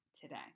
today